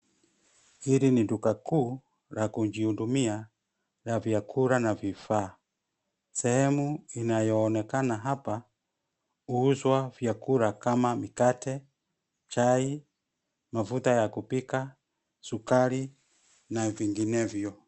Hili ni duka kuu la kujihudumia la vyakula na vifaa. Sehemu inayoonekana hapa, huuzwa vyakula kama mikate, chai, mafuta ya kupika, sukari na vinginevyo.